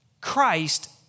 Christ